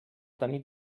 tenir